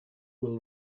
will